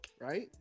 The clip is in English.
right